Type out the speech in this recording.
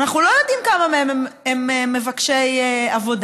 אנחנו לא יודעים כמה מהם הם מבקשי עבודה,